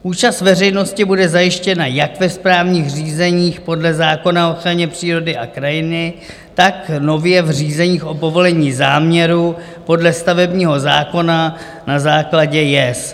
Účast veřejnosti bude zajištěna jak ve správních řízeních podle zákona o ochraně přírody a krajiny, tak nově v řízeních o povolení záměru podle stavebního zákona na základě JES.